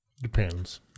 depends